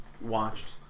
watched